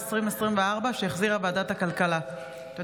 לקריאה שנייה ולקריאה שלישית,